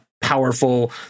powerful